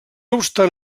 obstant